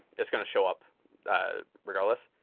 it's going to show up regardless.